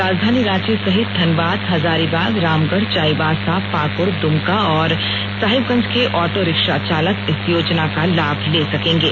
राजधानी रांची सहित धनबाद हजारीबाग रामगढ़ चाईबासा पाकुड़ दुमका और साहेबगंज के ऑटो रिक्शा चालक इस योजना का लाभ ले सकेंगे